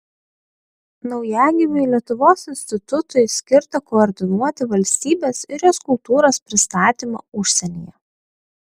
naujagimiui lietuvos institutui skirta koordinuoti valstybės ir jos kultūros pristatymą užsienyje